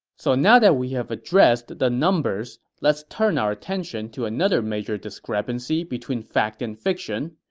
so now that we've addressed the numbers, let's turn our attention to another major discrepancy between fact and fiction,